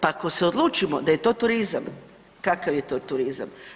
Pa ako se odlučimo da je to turizam, kakav je to turizam?